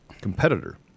competitor